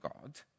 God